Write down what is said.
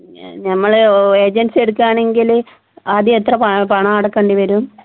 നമ്മൾ ഏജൻസി എടുക്കുകയാണെങ്കിൽ ആദ്യം എത്ര പണ പണം അടയ്ക്കേണ്ടി വരും